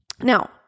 Now